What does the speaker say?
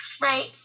Right